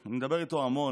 אני מדבר איתו המון.